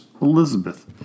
Elizabeth